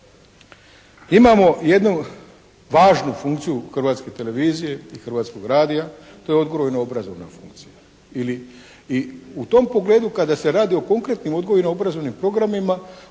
imamo jednu važnu funkciju Hrvatske televizije i Hrvatskog radija, to je odgojno-obrazovna funkcija ili, i u tom pogledu kad se radi o konkretnim odgojno-obrazovnim programima